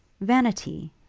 Vanity